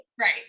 Right